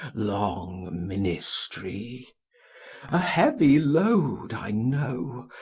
long ministry a heavy load, i know,